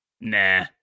Nah